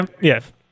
Yes